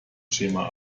schema